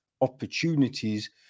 Opportunities